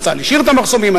או צה"ל השאיר את המחסומים.